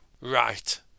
right